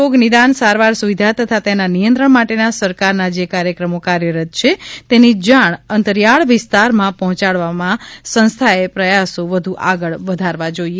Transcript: રોગ નિદાન સારવાર સુવિધા તથા તેના નિયંત્રણ માટેના સરકારના જે કાર્યક્રમો કાર્યરત છે તેની જાણ અંતરિયાળ વિસ્તારોમાં પહોચાડવામાં સંસ્થાએ પ્રયાસો વધુ આગળ વધારવા જોઇએ